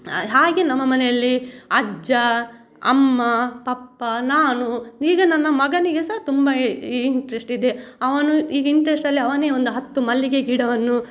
ಹಾಗೆ ನಮ್ಮ ಮನೆಯಲ್ಲಿ ಅಜ್ಜ ಅಮ್ಮ ಪಪ್ಪ ನಾನು ಈಗ ನನ್ನ ಮಗನಿಗೆ ಸಹ ತುಂಬಾ ಇಂಟ್ರಸ್ಟ್ ಇದೆ ಅವನು ಈ ಇಂಟ್ರಸ್ಟಲ್ಲೇ ಅವನೇ ಒಂದು ಹತ್ತು ಮಲ್ಲಿಗೆ ಗಿಡವನ್ನು